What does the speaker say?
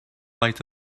light